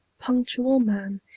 punctual man,